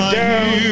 down